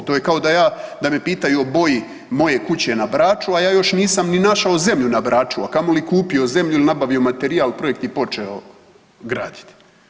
To je kao da ja, da me pitaju o boji moje kuće na Braču, a ja još nisam ni našao zemlju na Braču, a kamoli kupio zemlju il nabavio materijal, projekt ni počeo graditi.